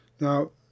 Now